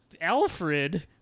Alfred